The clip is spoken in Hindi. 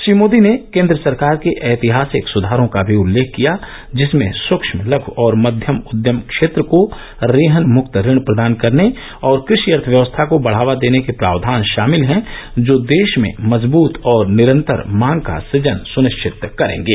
श्री मोदी ने केंद्र सरकार के ऐतिहासिक सुधारों का भी उल्लेख किया जिसमें सुक्ष्म लघु और मध्यम उद्यम क्षेत्र को रेहन मुक्त ऋण प्रदान करने और कृषि अर्थव्यवस्था को बढ़ावा देने के प्रावधान शामिल हैं जो देश में मजबूत और निरंतर मांग का सृजन सुनिश्चित करेंगे